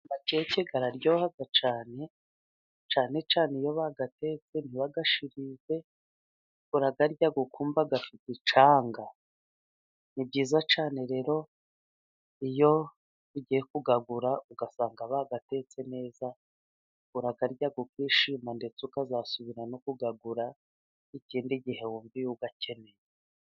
Amakeke araryoha cyane, cyane cyane iyo bayatetse ntibayashirize urayarya ukumva afite icyanga. Ni byiza cyane rero iyo ugiye kuyagura ugasanga bayatetse neza, urayarya ukishima ndetse ukazasubira no kuyagura ikindi gihe wumva uyakeneye.